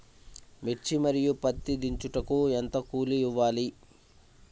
మిర్చి మరియు పత్తి దించుటకు ఎంత కూలి ఇవ్వాలి?